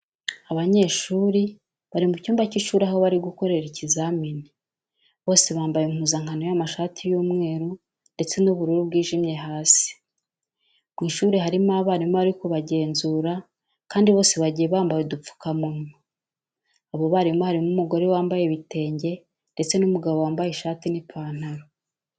Abanyeshuri bari mu cyumba cy'ishuri aho bari gukorera ikizamini, bose bambaye impuzankano y'amashati y'umweru ndetse n'ubururu bwijimye hasi. Mu ishuri harimo abarimu bari kubagenzura kandi bose bagiye bambaye udupfukamunwa. Abo barimu harimo umugore wambaye ibitenge ndetse n'umugabo wambaye ishati n'ipantaro.